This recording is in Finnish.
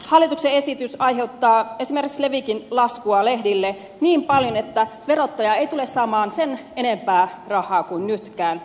hallituksen esitys aiheuttaa esimerkiksi levikin laskua lehdille niin paljon että verottaja ei tule saamaan sen enempää rahaa kuin nytkään